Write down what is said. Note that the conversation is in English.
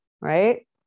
right